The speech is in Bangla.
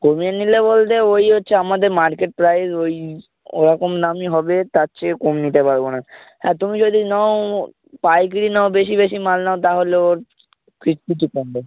কমিয়ে নিলে বলতে ওই হচ্ছে আমাদের মার্কেট প্রাইস ওই ওরকম দামই হবে তার চেয়ে কম নিতে পারবো না হ্যাঁ তুমি যদি নাও পাইকিরি নাও বেশি বেশি মাল নাও তাহলে ওর কিছু কমবে